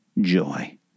joy